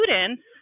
students